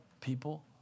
people